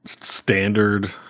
standard